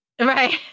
Right